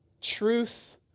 Truth